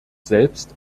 selbst